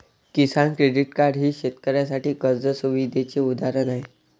किसान credit card हे शेतकऱ्यांसाठी कर्ज सुविधेचे उदाहरण आहे